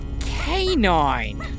canine